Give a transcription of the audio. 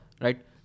right